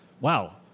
wow